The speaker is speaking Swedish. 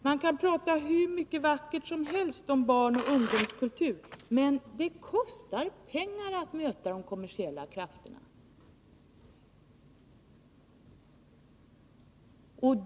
Man kan säga hur mycket vackert som helst om barnoch ungdomskultur, men det kostar pengar att möta de kommersiella krafterna.